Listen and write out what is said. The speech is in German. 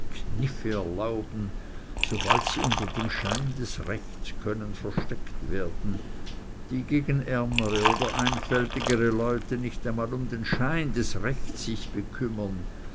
kniffe erlauben sobald sie unter dem schein rechtens können versteckt werden die gegen ärmere oder einfältigere leute nicht einmal um den schein des rechts sich bekümmern